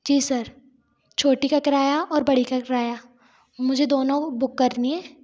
जी sir छोटी का किराया और बड़ी का किराया मुझे दोनों बुक करनी है